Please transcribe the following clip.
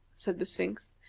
said the sphinx,